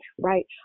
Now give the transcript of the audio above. right